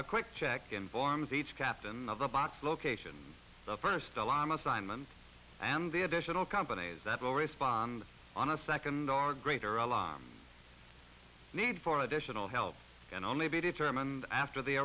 a quick check in barmes each captain of the box location the first alarm assignment and the additional companies that will respond honestly and our greater alive need for additional help can only be determined after the